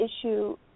issue